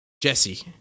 Jesse